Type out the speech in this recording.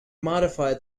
modify